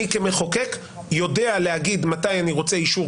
אני כמחוקק יודע להגיד מתי אני רוצה אישור